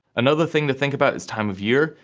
another thing to think about is time of year.